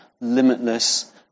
limitless